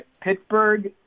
Pittsburgh